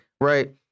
right